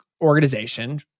organization